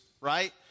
right